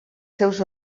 seus